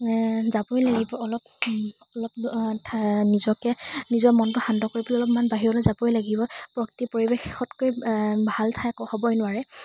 যাবই লাগিব অলপ অলপ নিজকে নিজৰ মনটো শান্ত কৰিবলৈ অলপমান বাহিৰলৈ যাবই লাগিব প্ৰকৃতিৰ পৰিৱেশতকৈ ভাল ঠাই একো হ'বই নোৱাৰে